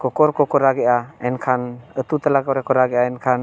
ᱠᱚᱠᱚᱨ ᱠᱚᱠᱚ ᱨᱟᱜᱮᱜᱼᱟ ᱮᱱᱠᱷᱟᱱ ᱟᱹᱛᱩ ᱛᱟᱞᱟ ᱠᱚᱨᱮ ᱠᱚ ᱨᱟᱜᱮᱜᱼᱟ ᱮᱱᱠᱷᱟᱱ